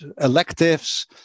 electives